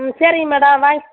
ம் சரிங்க மேடம் வாங்க